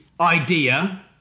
idea